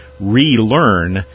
relearn